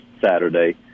Saturday